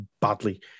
badly